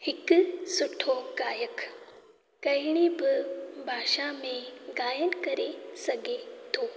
हिकु सुठो गायकु कहिड़ी बि भाषा में गायन करे सघे थो